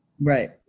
Right